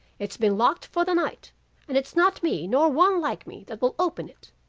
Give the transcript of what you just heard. its been locked for the night and its not me nor one like me, that will open it